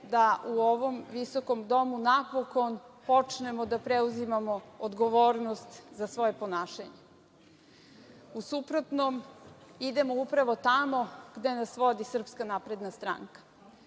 da u ovom visokom domu napokon počnemo da preuzimamo odgovornost za svoje ponašanje. U suprotnom idemo upravo tamo gde nas vodi SNS.Stvarno ne znam